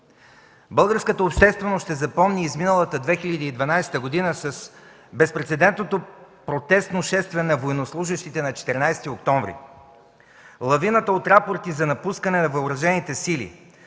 Българската общественост ще запомни изминалата 2012 г. с безпрецедентното протестно шествие на военнослужещите на 14 октомври, лавината от рапорти за напускане на въоръжените сили,